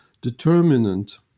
determinant